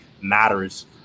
matters